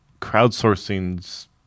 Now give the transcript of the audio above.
crowdsourcing's